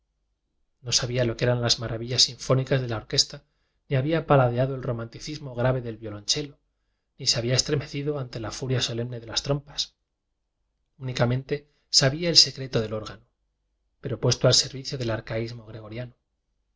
no sabía lo que eran las maravillas sin fónicas de la orquesta ni había paladeado el romanticismo grave del violonchelo ni se había estremecido ante la furia solemne de las trompas únicamente sabía el se creto del órgano pero puesto al servicio del arcaísmo gregoriano